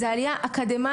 זו עלייה אקדמאית.